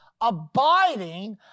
abiding